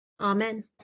Amen